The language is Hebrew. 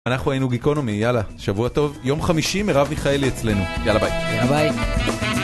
אנחנו היינו גיקונומי, יאללה, שבוע טוב, יום חמישי מרב מיכאלי אצלנו, יאללה ביי. יאללה ביי.